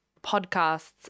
podcasts